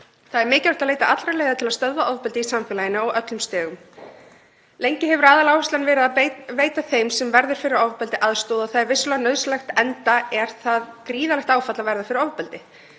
Það er mikilvægt að leita allra leiða til að stöðva ofbeldi í samfélaginu á öllum stigum. Lengi hefur aðaláherslan verið að veita þeim sem verður fyrir ofbeldi aðstoð og það er vissulega nauðsynlegt, enda er það gríðarlegt áfall að verða fyrir ofbeldi,